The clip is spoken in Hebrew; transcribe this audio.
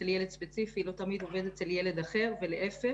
אצל ילד ספציפי לא תמיד עובד אצל ילד אחר ולהיפך.